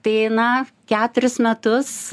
tai na keturis metus